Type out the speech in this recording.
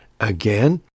Again